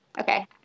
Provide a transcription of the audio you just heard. Okay